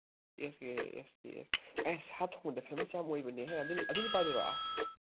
ꯑꯦꯁ K S K S ꯁꯥ ꯊꯣꯡꯕꯗ famous ꯌꯥꯝ ꯑꯣꯏꯕꯅꯤꯍꯦ ꯑꯗꯨꯒꯤ ꯅꯨꯄꯥꯗꯨꯔꯣ